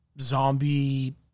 zombie